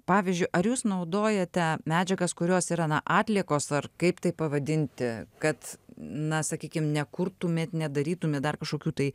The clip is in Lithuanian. pavyzdžiui ar jūs naudojate medžiagas kurios yra na atliekos ar kaip tai pavadinti kad na sakykim nekurtumėt nedarytumėt dar kažkokių tai